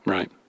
Right